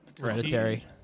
Hereditary